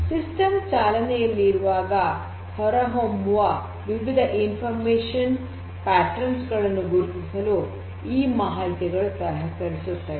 system ಚಾಲನೆಯಲ್ಲಿರುವಾಗ ಹೊರಹೊಮ್ಮುವ ವಿವಿಧ ಇನ್ಫರ್ಮೇಷನ್ ಪ್ಯಾಟರ್ನ್ಸ್ ಗಳನ್ನು ಗುರುತಿಸಲು ಈ ಮಾಹಿತಿಗಳು ಸಹಕರಿಸುತ್ತವೆ